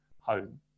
home